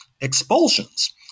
expulsions